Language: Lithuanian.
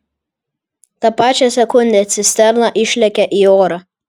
tą pačią sekundę cisterna išlekia į orą